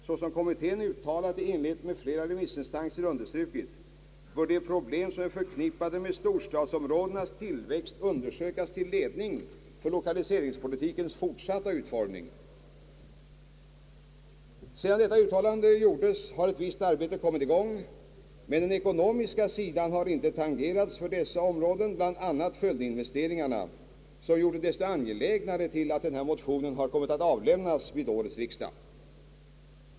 Såsom kommittén uttalat i enlighet med flera remissinstanser bör de problem som är förknippade med storstadsområdenas tillväxt undersökas till ledning för lokaliseringspolitikens fortsatta utformning.» Sedan detta uttalande gjordes har ett visst arbete kommit i gång, men den ekonomiska sidan har inte tangerats på detta område — bl.a. för följdinvesteringarna, som har gjort det desto angelägnare att denna motion har kommit att avlämnas vid årets riksdag.